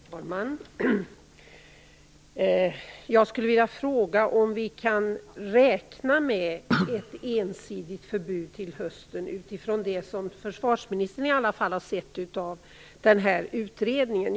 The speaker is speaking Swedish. Herr talman! Jag skulle vilja fråga om vi kan räkna med ett ensidigt förbud till hösten, utifrån det som försvarsministern har sett av utredningen.